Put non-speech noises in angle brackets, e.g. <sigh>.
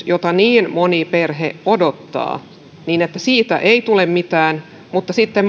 <unintelligible> jota niin moni perhe odottaa ei tule mitään mutta sitten <unintelligible>